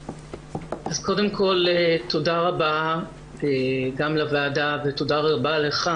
קודם כל תודה רבה גם לוועדה ותודה רבה לך,